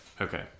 Okay